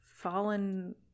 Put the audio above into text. Fallen